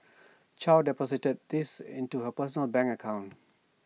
chow deposited these into her personal bank account